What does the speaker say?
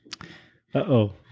Uh-oh